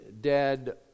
dead